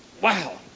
Wow